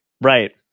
Right